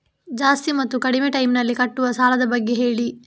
ಜಾಸ್ತಿ ಮತ್ತು ಕಡಿಮೆ ಟೈಮ್ ನಲ್ಲಿ ಕಟ್ಟುವ ಸಾಲದ ಬಗ್ಗೆ ಹೇಳಿ